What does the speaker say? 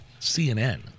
CNN